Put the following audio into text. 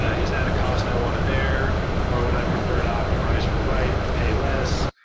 ah is that a cost i want to bear or would i prefer to optimize for the write and pay less?